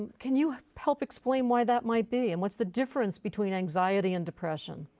can you help explain why that might be and what's the difference between anxiety and depression?